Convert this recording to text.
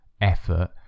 effort